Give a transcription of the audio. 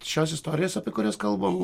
šios istorijos apie kurias kalbam